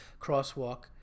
crosswalk